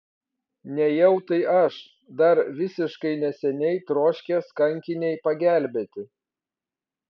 nejau tai aš dar visiškai neseniai troškęs kankinei pagelbėti